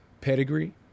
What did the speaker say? pedigree